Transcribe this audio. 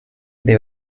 they